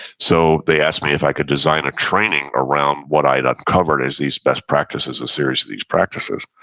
so they asked me if i could design a training around what i had uncovered as these best practices or series of these practices.